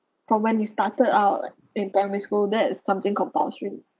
from when you started out like in primary school that is something compulsory